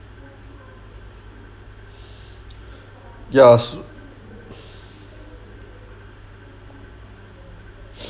yes